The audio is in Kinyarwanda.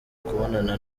kubonana